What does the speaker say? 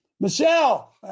Michelle